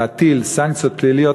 להטיל סנקציות פליליות,